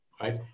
right